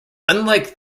unlike